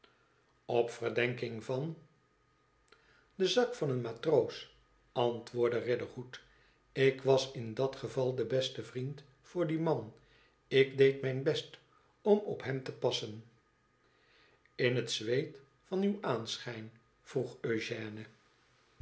op verdenking van den zak van een matroos antwoordde riderhood ik was in dat geval de beste vriend voor dien man ik deed mijn best om op hem te passen in het zweet van uw aanschijn vroeg